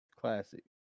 Classic